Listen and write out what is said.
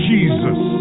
Jesus